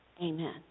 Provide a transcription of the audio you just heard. Amen